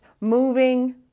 moving